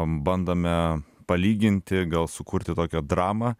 bandome palyginti gal sukurti tokią dramą